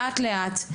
לאט-לאט.